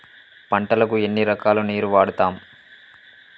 పంటలకు ఎన్ని రకాల నీరు వాడుతం?